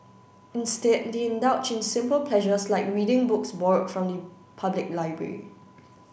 instead they indulge in simple pleasures like reading books borrowed from the public library